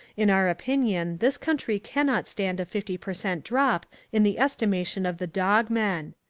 in our opinion this country cannot stand a fifty per cent drop in the estimation of the dog men.